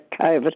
COVID